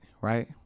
right